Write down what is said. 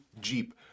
Jeep